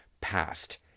past